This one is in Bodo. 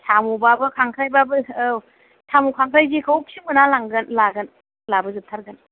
साम' बाबो खांख्राइ बाबो औ साम' खांख्राइ जेखौखि मोना लांगोन लागोन लाबोजोबथारगोन